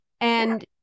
And-